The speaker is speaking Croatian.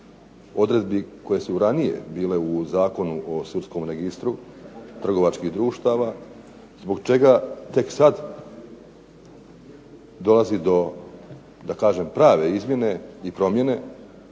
odredbi koje su ranije bile u Zakonu o sudskom registru trgovačkih društava, zbog čega tek sad dolazi do da kažem prave izmjene i promjene